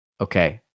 Okay